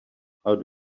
how